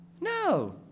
No